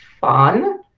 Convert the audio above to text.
fun